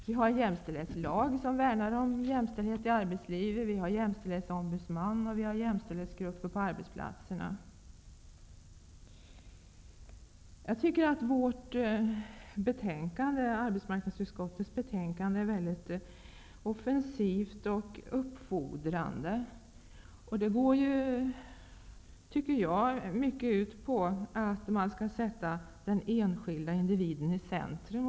Vi har en jämställdhetslag som värnar om jämställdhet i arbetslivet, vi har jämställdhetsombudsman och vi har jämställdhetsgrupper på arbetsplatserna. Jag tycker att arbetsmarknadsutskottets betänkande är offensivt och uppfordrande. Det går ju ut på att man skall sätta den enskilde individen i centrum.